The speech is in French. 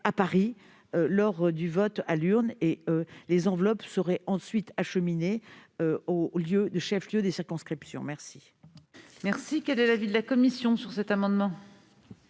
à Paris, lors du vote à l'urne. Les enveloppes seraient ensuite acheminées dans les chefs-lieux des circonscriptions. Quel